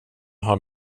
har